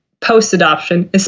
post-adoption